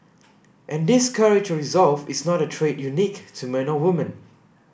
and this courage or resolve is not a trait unique to men or woman